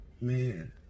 Man